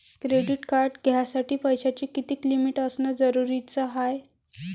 Credit card घ्यासाठी पैशाची कितीक लिमिट असनं जरुरीच हाय?